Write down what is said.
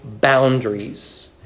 boundaries